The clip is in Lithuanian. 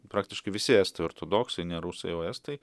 praktiškai visi estų ortodoksai ne rusai o estai